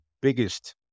biggest